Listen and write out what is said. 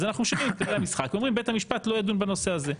אז אנחנו משנים את כללי המשחק ואומרים בית המשפט לא ידון בנושא הזה.